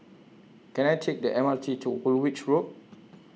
Can I Take The M R T to Woolwich Road